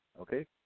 Okay